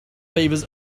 favours